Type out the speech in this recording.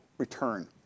return